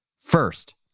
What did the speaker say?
First